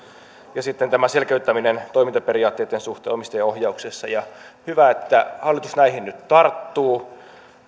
ja sitten tämä selkeyttäminen toimintaperiaatteitten suhteen omistajaohjauksessa hyvä että hallitus näihin nyt tarttuu